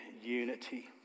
unity